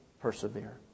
persevere